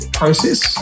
process